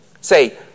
Say